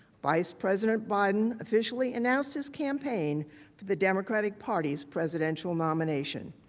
vice president biden officially announced his campaign for the democratic party's presidential nomination.